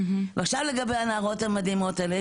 ועכשיו לגבי הנערות המדהימות האלה,